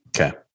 Okay